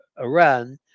Iran